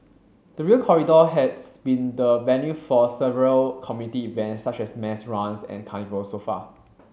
the Rail Corridor has been the venue for several community events such as mass runs and carnivals so far